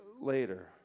later